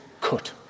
cut